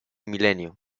milenio